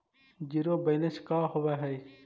Zero balance का होव हइ?